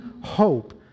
hope